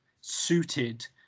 suited